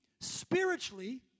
spiritually